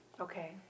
Okay